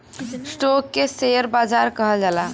stock के share बाजार कहल जाला